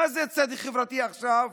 מה זה צדק חברתי עכשיו?